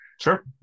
Sure